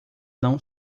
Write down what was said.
não